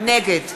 נגד